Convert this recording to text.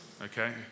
Okay